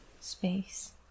space